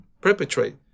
perpetrate